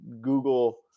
Google